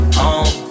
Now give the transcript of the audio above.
home